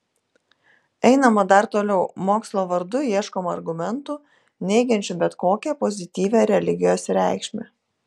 einama dar toliau mokslo vardu ieškoma argumentų neigiančių bet kokią pozityvią religijos reikšmę